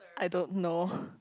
I don't know